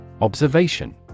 Observation